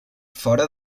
fora